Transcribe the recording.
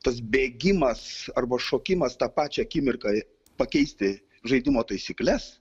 tas bėgimas arba šokimas tą pačią akimirką pakeisti žaidimo taisykles